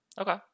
Okay